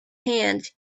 hand